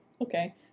okay